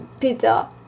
pizza